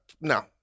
no